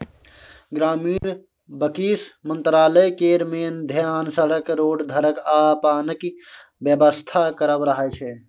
ग्रामीण बिकास मंत्रालय केर मेन धेआन सड़क, रोड, घरक आ पानिक बेबस्था करब रहय छै